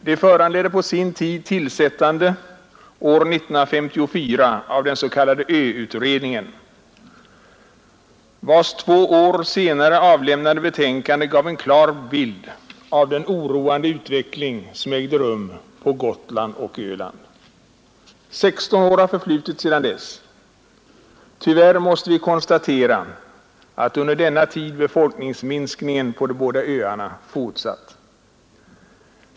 De föranledde på sin tid tillsättande år 1954 av den s.k. ö-utredningen, vars två år senare avlämnade betänkande gav en klar bild av den oroande utveckling som ägde rum på Gotland och Öland. 16 år har förflutit sedan dess. Tyvärr måste vi konstatera att under denna tid befolkningsminskningen på de båda öarna fortsatt.